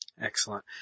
Excellent